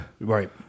Right